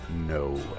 No